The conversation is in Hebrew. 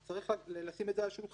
וצריך לשים את זה על השולחן,